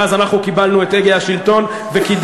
ואז אנחנו קיבלנו את הגה השלטון וקידמנו